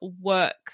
work